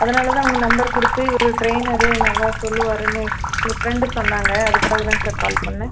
அதனால் தான் உங்கள் நம்பர் கொடுத்து இவர் ட்ரெய்னரு நல்லா சொல்லுவார்ன்னு எங்கள் ஃப்ரெண்டு சொன்னாங்க அதுக்காகதாங்க சார் கால் பண்ணிணேன்